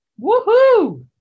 woohoo